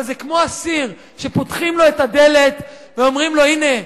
אבל זה כמו אסיר שפותחים לו את הדלת ואומרים לו: הנה,